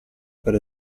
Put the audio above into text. per